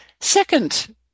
Second